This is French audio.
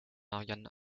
organe